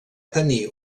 tenir